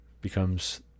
becomes